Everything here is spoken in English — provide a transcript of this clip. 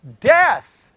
death